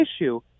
issue